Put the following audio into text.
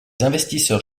investisseurs